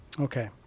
Okay